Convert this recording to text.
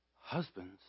Husbands